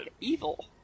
Evil